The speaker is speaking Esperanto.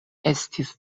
estis